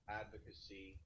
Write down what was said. advocacy